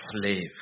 slave